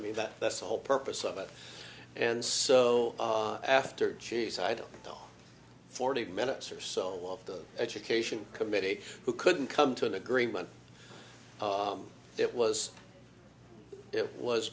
mean that that's the whole purpose of it and so after cheese i don't know forty minutes or so off the education committee who couldn't come to an agreement it was it was